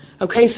Okay